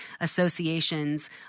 associations